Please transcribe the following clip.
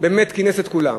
באמת כינס את כולם,